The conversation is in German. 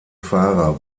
fahrer